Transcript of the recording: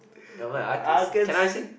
I can't